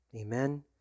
Amen